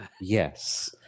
yes